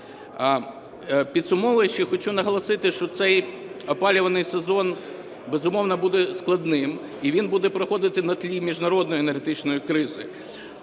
Підсумовуючи, хочу наголосити, що цей опалювальний сезон, безумовно, буде складним, і він буде проходити на тлі міжнародної енергетичної кризи,